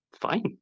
Fine